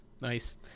Nice